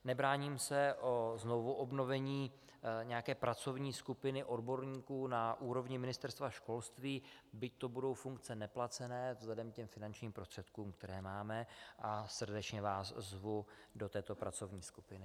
Nebráním se znovuobnovení nějaké pracovní skupiny odborníků na úrovni Ministerstva školství, byť to budou funkce neplacené vzhledem k finančním prostředkům, které máme, a srdečně vás zvu do této pracovní skupiny.